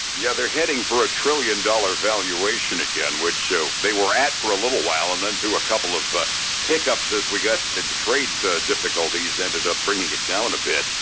yeah they're heading for a trillion dollar valuation again which so they were at for a little while and then through a couple of hiccups as we got the trade difficulties ended up bringing it down a bit.